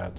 at